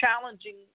challenging